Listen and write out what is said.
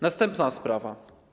Następna sprawa.